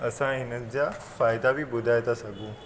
असां हिननि जा फ़ाइदा बि ॿुधाए था सघूं